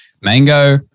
Mango